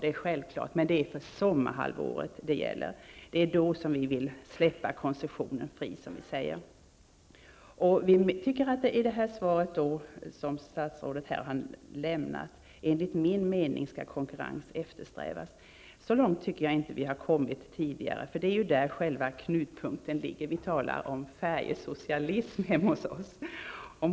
Vi vill alltså att koncessionen skall släppas fri under sommarhalvåret. I det svar som statsrådet här har lämnat sägs att konkurrens skall eftersträvas. Så långt har vi inte kommit tidigare. Det är själva knutpunkten. Vi talar om ''färjesocialism'' hemma hos oss.